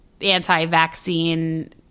anti-vaccine